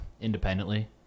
independently